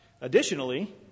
Additionally